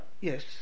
yes